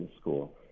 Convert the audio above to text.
school